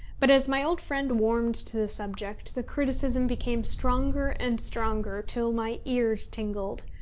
but, as my old friend warmed to the subject, the criticism became stronger and stronger, till my ears tingled.